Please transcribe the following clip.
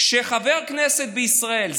כשחבר כנסת בישראל,